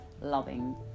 loving